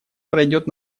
пройдет